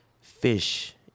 fish